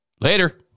later